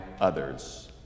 others